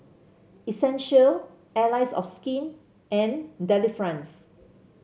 Essential Allies of Skin and Delifrance